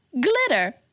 glitter